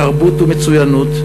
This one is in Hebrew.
תרבות ומצוינות,